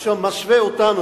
אשר משווה אותנו,